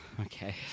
okay